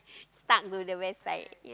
stuck to the west side